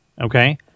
okay